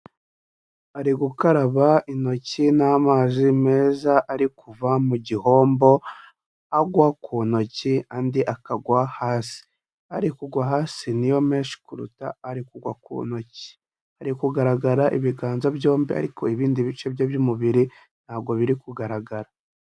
Ari gukaraba intoki n'amazi meza ari kuva mu gihombo agwa ku ntoki andi akagwa hasi, ari kugwa hasi ni yo menshi kuruta ari kugwa ku ntoki, ari kugaragara ibiganza byombi ariko ibindi bice bye by'umubiri ntabwo biri kugaragara.